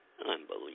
Unbelievable